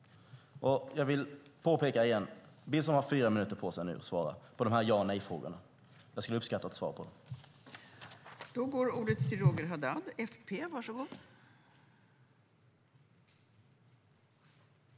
Jag vill återigen påpeka att Billström nu har fyra minuter på sig att svara på dessa ja och nej-frågor. Jag skulle uppskatta att få svar på dem.